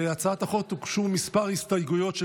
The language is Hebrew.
להצעת החוק הוגשו כמה הסתייגויות של